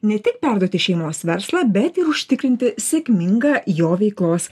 ne tik perduoti šeimos verslą bet ir užtikrinti sėkmingą jo veiklos